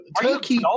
Turkey